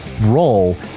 roll